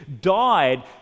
died